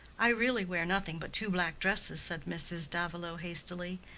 i really wear nothing but two black dresses, said mrs. davilow, hastily.